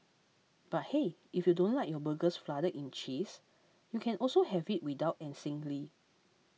but hey if you don't like your burgers flooded in cheese you can also have it without and singly